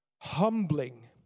Humbling